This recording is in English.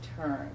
turn